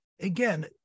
again